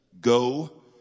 Go